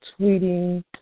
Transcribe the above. tweeting